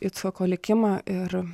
icchoko likimą ir